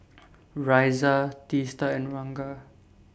Razia Teesta and Ranga